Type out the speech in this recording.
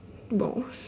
balls